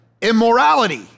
immorality